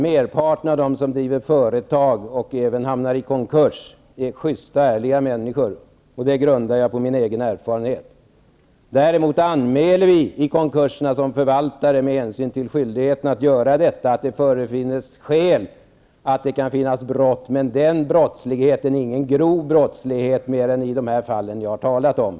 Merparten av dem som driver företag och sedan hamnar i konkurs är sjysta och ärliga människor. Den uppfattningen grundar jag på min egen erfarenhet. Däremot anmäler vi som fungerar som förvaltare vid konkurser sådana när det kan finnas skäl att misstänka brott, men det är då inte annat än i de fall som jag har talat om fråga om någon grov brottslighet.